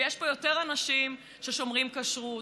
ויש פה יותר אנשים ששומרים כשרות.